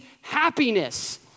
happiness